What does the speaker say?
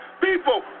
people